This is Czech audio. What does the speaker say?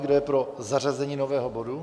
Kdo je pro zařazení nového bodu?